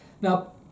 now